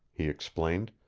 he explained,